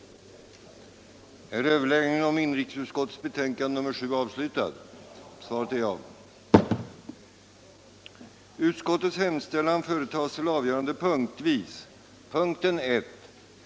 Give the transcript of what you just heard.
den det ej vill röstar nej.